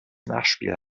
nachspiel